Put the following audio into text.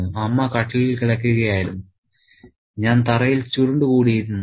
"അമ്മ കട്ടിലിൽ കിടക്കുകയായിരുന്നു ഞാൻ തറയിൽ ചുരുണ്ടുകൂടിയിരുന്നു